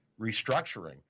restructuring